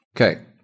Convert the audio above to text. Okay